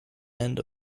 end